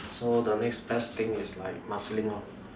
so the next best thing is like Marsiling lor